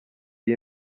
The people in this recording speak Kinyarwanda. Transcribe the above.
iyi